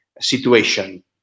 situation